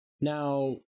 Now-